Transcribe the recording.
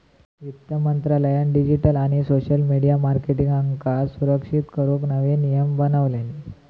वित्त मंत्रालयान डिजीटल आणि सोशल मिडीया मार्केटींगका सुरक्षित करूक नवे नियम बनवल्यानी